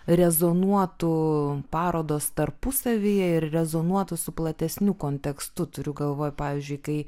rezonuotų parodos tarpusavyje ir rezonuotų su platesniu kontekstu turiu galvoje pavyzdžiui kai